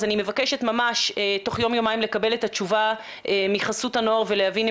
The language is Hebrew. אני מבקשת ממש תוך יום-יומיים לקבל את התשובה מחסות הנוער ולהבין אם